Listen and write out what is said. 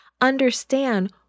understand